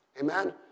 Amen